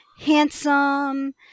Handsome